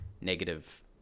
negative